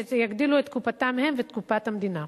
שיגדילו את קופתם הם ואת קופת המדינה.